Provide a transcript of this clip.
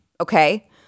okay